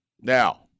Now